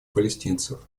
палестинцев